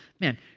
man